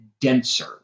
denser